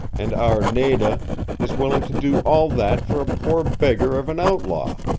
and our nada is willing to do all that for a poor beggar of an outlaw.